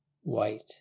white